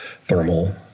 thermal